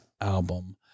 album